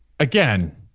Again